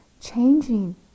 changing